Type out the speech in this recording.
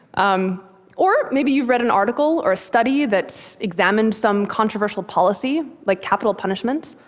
um or, maybe you've read an article or a study that examined some controversial policy, like capital punishment.